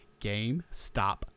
GameStop